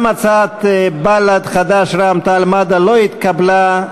גם הצעת בל"ד, חד"ש ורע"ם-תע"ל-מד"ע לא התקבלה.